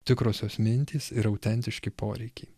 tikrosios mintys ir autentiški poreikiai